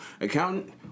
Accountant